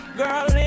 girl